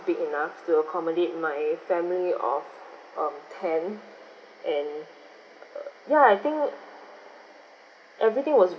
big enough to accommodate my family of um ten and uh ya I think everything was